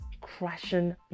crashing